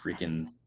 freaking